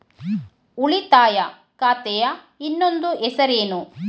ಉಳಿತಾಯ ಖಾತೆಯ ಇನ್ನೊಂದು ಹೆಸರೇನು?